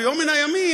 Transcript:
ביום מן הימים,